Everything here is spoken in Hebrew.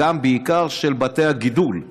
בעיקר של בתי הגידול.